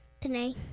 today